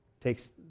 takes